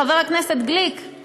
חבר הכנסת גליק, מתוקים מקשיבים.